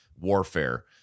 warfare